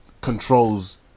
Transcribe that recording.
controls